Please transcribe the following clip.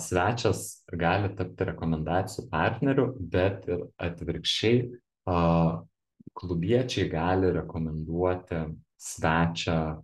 svečias gali tapti rekomendacijų partneriu bet ir atvirkščiai a klubiečiai gali rekomenduoti svečią